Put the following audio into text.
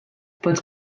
bod